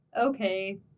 okay